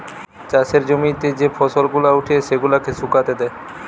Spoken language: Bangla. চাষের জমিতে যে ফসল গুলা উঠে সেগুলাকে শুকাতে দেয়